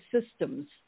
systems